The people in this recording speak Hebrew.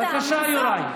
תודה רבה.